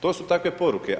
To su takve poruke.